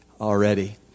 already